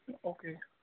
okay